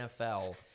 NFL